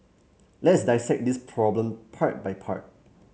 let's dissect this problem part by part